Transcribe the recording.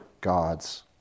God's